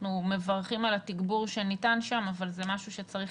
אנחנו מברכים על התגבור שניתן שם אבל זה משהו שצריך